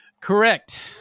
correct